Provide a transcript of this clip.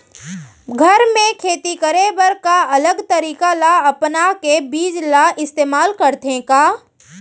घर मे खेती करे बर का अलग तरीका ला अपना के बीज ला इस्तेमाल करथें का?